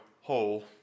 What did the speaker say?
hole